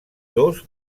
dos